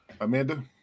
Amanda